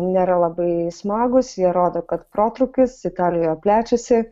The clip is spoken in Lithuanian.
nėra labai smagūs jie rodo kad protrūkis italijoje plečiasi